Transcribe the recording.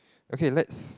okay let's